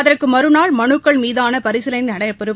அதற்கு மறுநாள் மனுக்கள் மீதான பரிசீலனை நடைபெறும்